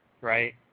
Right